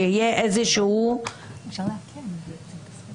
שיהיה איזשהו --- אפשר לעדכן את זה.